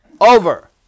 over